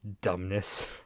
dumbness